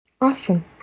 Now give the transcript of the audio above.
Awesome